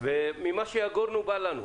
מה שיגורנו בא לנו.